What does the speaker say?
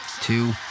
two